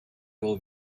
will